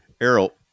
Errol